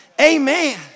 Amen